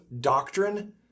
doctrine